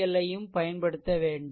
L ஐயும் பயன்படுத்த வேண்டும்